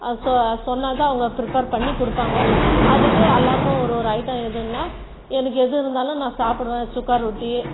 ச சொன்னால்தான் அவங்க ப்ரிப்பேர் பண்ணிக் கொடுப்பாங்க அதுக்கு எல்லாருக்கு ஒரு ஒரு ஐட்டம் எதுனால் எனக்கு எது இருந்தாலும் நான் சாப்பிடுவேன் சுக்கா ரொட்டி